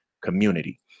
community